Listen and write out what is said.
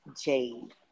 Jade